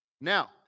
Now